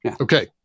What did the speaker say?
Okay